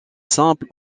simple